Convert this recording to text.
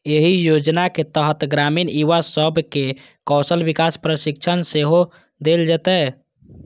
एहि योजनाक तहत ग्रामीण युवा सब कें कौशल विकास प्रशिक्षण सेहो देल जेतै